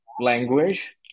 language